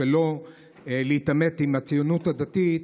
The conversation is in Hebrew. שלא להתעמת עם הציונות הדתית.